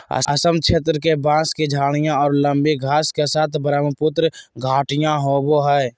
असम क्षेत्र के, बांस की झाडियाँ और लंबी घास के साथ ब्रहमपुत्र घाटियाँ आवो हइ